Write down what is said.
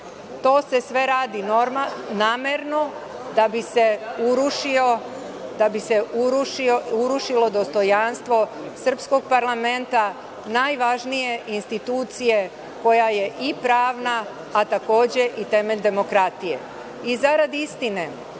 To se sve radi namerno, da bi se urušilo dostojanstvo srpskog parlamenta, najvažnije institucije koja je i pravna, a takođe i temelj demokratije.I zarad istine,